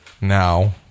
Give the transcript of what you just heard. now